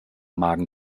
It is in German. magen